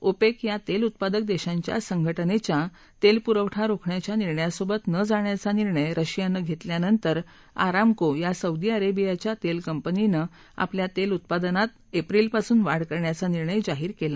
ओपक्षि या तक्ती उत्पादक दक्तीच्या संघटनध्वा तक्ती पूरवठा रोखण्याच्या निर्णयासोबत न जाण्याचा निर्णय रशियानं घविश्यानंतर आरामको या सौदी अरबिंपाच्या तक्तीकंपनीनं आपल्या तक्तीउत्पादनात एप्रिलपासून वाढ करण्याचा निर्णय जाहीर कला